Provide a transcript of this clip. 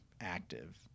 active